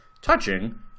touching